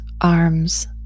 arms